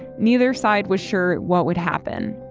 neither side was sure what would happen.